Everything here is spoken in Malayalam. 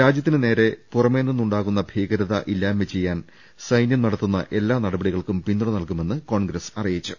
രാജ്യത്തിനു നേരെ പുറമെ നിന്ന് ഉണ്ടാ വുന്ന ഭീകരത ഇല്ലായ്മ ചെയ്യാൻ സൈന്യം നടത്തുന്ന എല്ലാ നട പടികൾക്കും പിന്തുണ നൽകുമെന്ന് കോൺഗ്രസ് അറിയിച്ചു